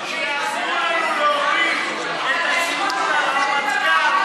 שיעזרו לנו להוריד את הצינון על הרמטכ"ל,